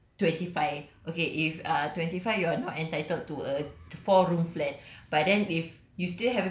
then it moves to okay twenty five okay if err twenty five you are now entitled to a four room flat